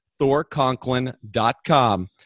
thorconklin.com